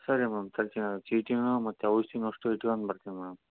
ಸರಿ ಮೇಡಮ್ ತರ್ತಿನಿ ಅದು ಚೀಟಿನೂ ಮತ್ತು ಔಷಧಿನೂ ಅಷ್ಟೂ ಇಟ್ಕಂಡು ಬರ್ತೀನಿ ಮ್ಯಾಮ್